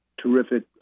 Terrific